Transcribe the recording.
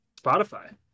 spotify